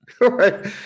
Right